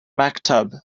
maktub